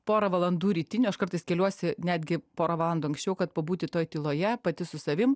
pora valandų rytinių aš kartais keliuosi netgi pora valandų anksčiau kad pabūti toj tyloje pati su savim